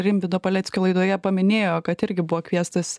rimvydo paleckio laidoje paminėjo kad irgi buvo kviestas